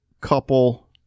couple